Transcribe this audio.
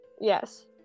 Yes